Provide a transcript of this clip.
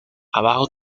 abajo